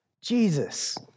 Jesus